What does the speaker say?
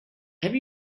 have